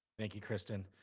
thank you, kristen.